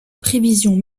prévision